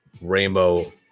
rainbow